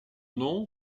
nom